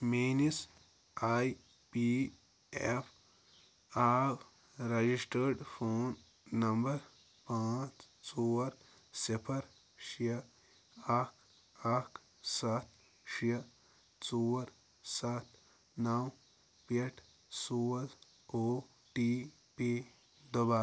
میٛٲنِس آٮٔۍ P F آو رَجَسٹٲرڈ فون نَمبَر پانٛژھ ژور صِفَر شےٚ اَکھ اَکھ سَتھ شےٚ ژور سَتھ نَو پٮ۪ٹھ سوز او ٹی پی دُبارٕ